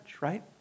right